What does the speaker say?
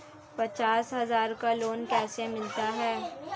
पचास हज़ार का लोन कैसे मिलता है?